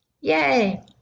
yay